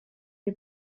wie